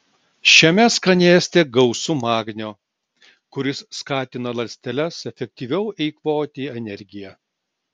šiame skanėste gausu magnio kuris skatina ląsteles efektyviau eikvoti energiją